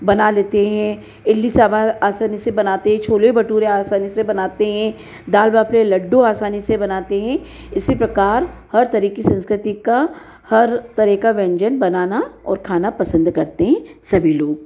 बना लेते हैं इडली सांभर आसानी से बनाते हैं छोले भटूरे आसानी से बनाते हैं दाल बाटी मे लड्डू आसानी से बनाते हैं इसी प्रकार हर तरह की संस्कृति का हर तरह का व्यंजन बनाना और खाना पसंद करते हैं सभी लोग